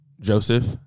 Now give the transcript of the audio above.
Joseph